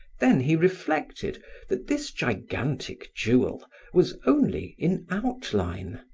then he reflected that this gigantic jewel was only in outline,